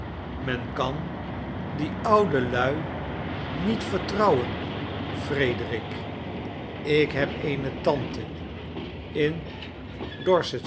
men kan die oude lui niet vertrouwen frederik ik heb eene tante in